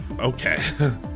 Okay